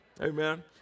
amen